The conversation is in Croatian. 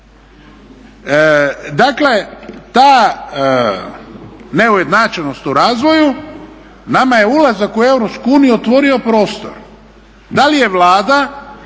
Dakle ta neujednačenog u razvoju, nama je ulazak u Europsku uniju otvorio prostor. Da li je Vlada